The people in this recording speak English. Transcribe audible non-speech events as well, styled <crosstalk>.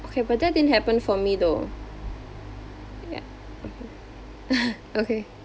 okay but that didn't happen for me though ya okay <noise> okay